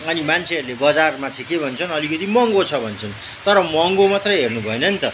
अनि मान्छेहरूले बजारमा चाहिँ के भन्छन् अलिकति महँगो छ भन्छन् तर महँगो मात्रै हेर्नु भएन नि त